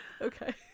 Okay